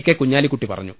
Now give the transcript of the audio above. K Kunhalikutty പറ ഞ്ഞു